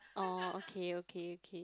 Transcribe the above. orh okay okay okay okay